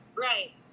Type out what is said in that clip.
Right